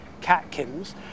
catkins